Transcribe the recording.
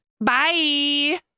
Bye